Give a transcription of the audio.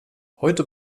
heute